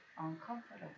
uncomfortable